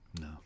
No